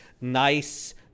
nice